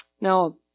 Now